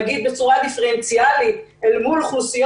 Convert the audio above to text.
נגיד בצורה דיפרנציאלית אל מול אוכלוסיות